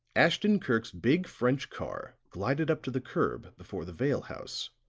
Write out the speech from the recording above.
ashton-kirk's big french car glided up to the curb before the vale house.